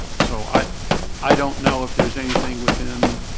so i i don't know if there's anything within